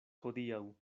hodiaŭ